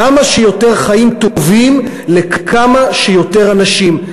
כמה שיותר חיים טובים לכמה שיותר אנשים.